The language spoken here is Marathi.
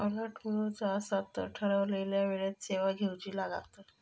अलर्ट मिळवुचा असात तर ठरवलेल्या वेळेन सेवा घेउची लागात